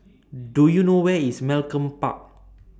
Do YOU know Where IS Malcolm Park